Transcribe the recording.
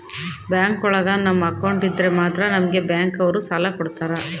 bank ಒಳಗ ನಮ್ account ಇದ್ರೆ ಮಾತ್ರ ನಮ್ಗೆ ಬ್ಯಾಂಕ್ ಅವ್ರು ಸಾಲ ಕೊಡ್ತಾರ